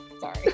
Sorry